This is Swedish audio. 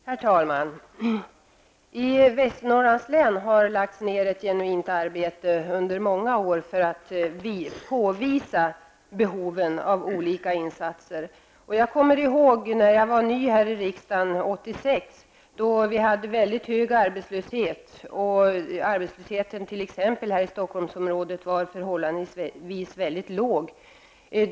Herr talman! I Västernorrlands län har det under många år lagts ned ett genuint arbete för att påvisa behoven av olika insatser. Jag kommer ihåg när jag var ny här i riksdagen 1986, då hadevi mycket hög arbetslöshet. Men arbetslösheten t.ex. här i Stockholmsområdet var förhållandevis låg.